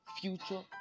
future